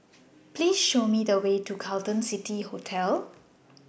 Please Show Me The Way to Carlton City Hotel